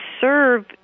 serve